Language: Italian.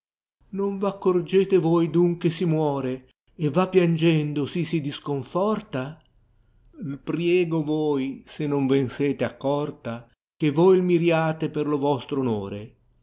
ìsoi v accorgete voi d un che si muore va piangendo si si discooforta r priego toi se non vea sete accorta che toi u miriate per lo vostro onore